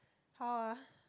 how ah